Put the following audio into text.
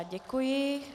Děkuji.